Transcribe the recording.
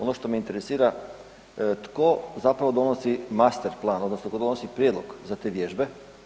Ono što me interesira tko zapravo donosi master plan, odnosno tko donosi prijedlog za te vježbe?